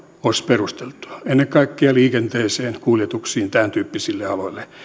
olisi perusteltua ennen kaikkea liikenteeseen kuljetuksiin tämäntyyppisille aloille